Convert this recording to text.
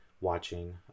watching